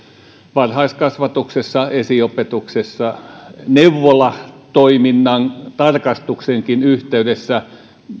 varhaiskasvatuksessa esiopetuksessa neuvolatoiminnan tarkastuksienkin yhteydessä